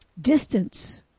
distance